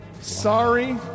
Sorry